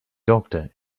doctor